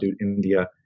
India